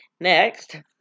next